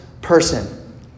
person